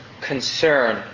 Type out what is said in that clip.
concern